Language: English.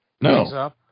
No